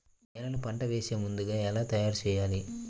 నేలను పంట వేసే ముందుగా ఎలా తయారుచేయాలి?